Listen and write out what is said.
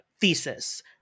thesis